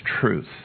truth